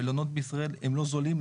המלונות בישראל הם לא זולים,